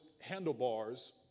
handlebars